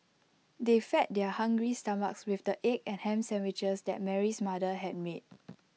they fed their hungry stomachs with the egg and Ham Sandwiches that Mary's mother had made